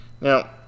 Now